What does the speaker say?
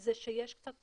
היא שיש כאן בלגן.